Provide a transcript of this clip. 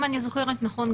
אם אני זוכרת נכון,